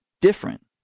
different